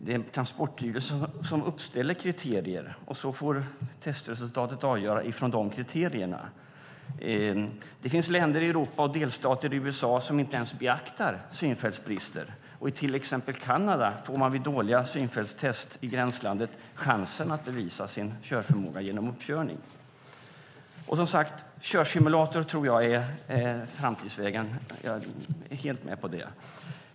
Det är Transportstyrelsen som uppställer kriterierna, och testresultatet får avgöra utifrån de kriterierna. Det finns länder i Europa och stater i USA som inte ens beaktar synfältsbrister, och i till exempel Kanada får man vid dåliga synfältstest chansen att bevisa sin körförmåga genom uppkörning om man befinner sig i gränslandet. Körsimulator tror jag är framtidsvägen, jag är helt med på det.